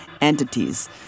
entities